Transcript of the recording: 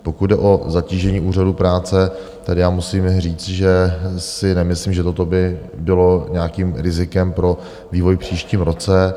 Pokud jde o zatížení úřadů práce, tady já musím říci, že si nemyslím, že toto by bylo nějakým rizikem pro vývoj v příštím roce.